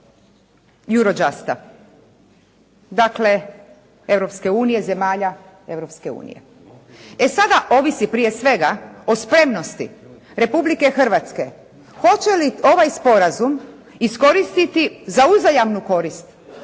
Eurojusta. Dakle Europske unije, zemalja Europske unije. E sada ovisi prije svega o spremnosti Republike Hrvatske hoće li ovaj sporazum iskoristiti za uzajamnu korist